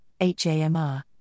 HAMR